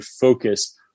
focus